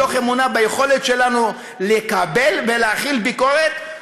מתוך אמונה ביכולת שלנו לקבל ולהכיל ביקורת.